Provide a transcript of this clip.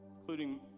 Including